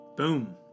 boom